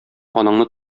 анаңны